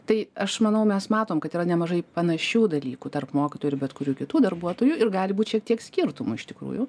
tai aš manau mes matom kad yra nemažai panašių dalykų tarp mokytojų ir bet kurių kitų darbuotojų ir gali būt šiek tiek skirtumų iš tikrųjų